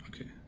okay